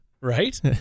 Right